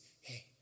hey